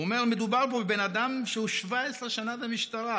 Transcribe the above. הוא אומר: מדובר פה בבן אדם שהוא 17 שנה במשטרה,